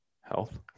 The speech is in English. health